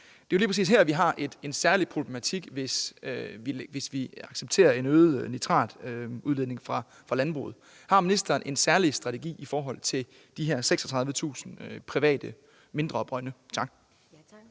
Det er lige præcis her, vi har en særlig problematik, hvis vi accepterer en øget nitratudledning fra landbruget. Har ministeren en særlig strategi i forhold til disse 36.000 små private brønde? Kl.